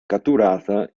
catturata